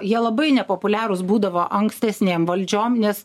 jie labai nepopuliarūs būdavo ankstesnėm valdžiom nes